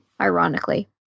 ironically